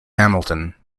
hamilton